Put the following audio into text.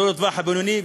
לא לטווח הבינוני,